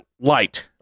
light